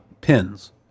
pins